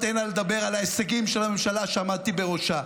הנה לדבר על ההישגים של הממשלה שעמדתי בראשה.